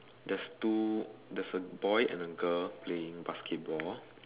there's two there's a boy and a girl playing basketball